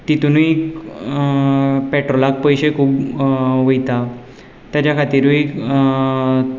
तितूनय पेट्रोलाक पयशे खूब वयता ताज्या खातिरूय